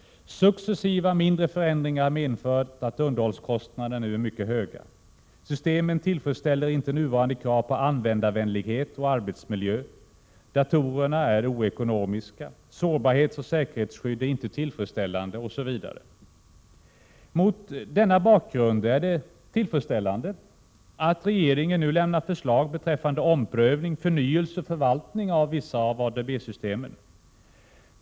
Successiva mindre förändringar har medfört att underhållskostnaderna nu är mycket höga. Systemen tillfredsställer inte nuvarande krav på användarvänlighet och arbetsmiljö. Datorerna är oekonomiska, sårbarhetsoch säkerhetsskydd är inte tillfredsställande osv. Mot denna bakgrund är det tillfredsställande att regeringen nu lämnar förslag beträffande omprövning, förnyelse och förvaltning av vissa ADB system.